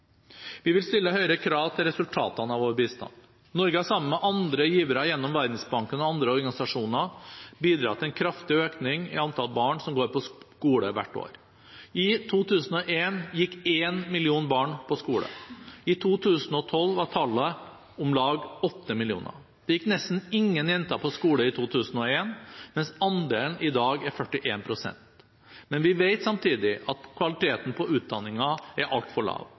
Vi vil stille høyere krav til resultatene av vår bistand. Norge har sammen med andre givere gjennom Verdensbanken og andre organisasjoner bidratt til en kraftig økning i antall barn som går på skole hvert år. I 2001 gikk én million barn på skole. I 2012 var tallet om lag åtte millioner. Det gikk nesten ingen jenter på skole i 2001, mens andelen i dag er 41 pst. Men vi vet samtidig at kvaliteten på utdanningen er altfor lav.